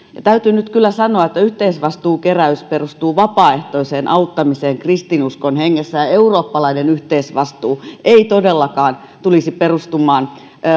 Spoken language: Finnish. täytyy nyt kyllä sanoa että yhteisvastuukeräys perustuu vapaaehtoiseen auttamiseen kristinuskon hengessä ja eurooppalainen yhteisvastuu ei todellakaan tulisi perustumaan